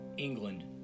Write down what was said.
England